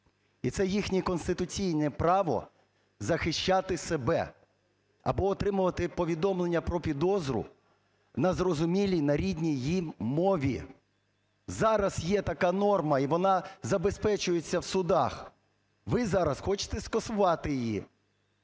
І це їхнє конституційне право – захищати себе, або отримувати повідомлення про підозру на зрозумілій, на рідній їм мові. Зараз є така норма, і вона забезпечується в судах. Ви зараз хочете скасувати її